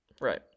Right